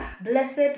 blessed